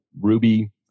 Ruby